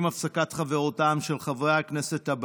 עם הפסקת חברותם של חברי כנסת,